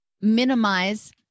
minimize